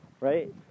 right